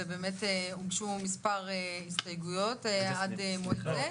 הוגשו מספר הסתייגויות עד מועד זה.